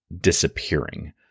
disappearing